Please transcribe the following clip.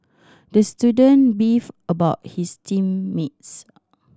the student beefed about his team mates